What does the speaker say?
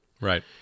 Right